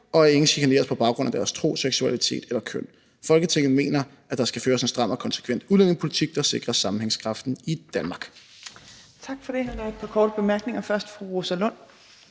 og at ingen chikaneres på baggrund af deres tro, seksualitet eller køn. Folketinget mener, at der skal føres en stram og konsekvent udlændingepolitik, der sikrer sammenhængskraften i Danmark.« (Forslag til vedtagelse nr. V 55).